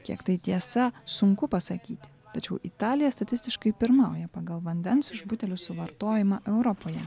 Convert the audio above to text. kiek tai tiesa sunku pasakyti tačiau italija statistiškai pirmauja pagal vandens iš butelių suvartojimą europoje